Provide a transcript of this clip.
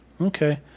Okay